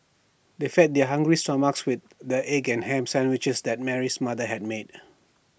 they fed their hungry stomachs with the egg and Ham Sandwiches that Mary's mother had made